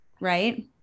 right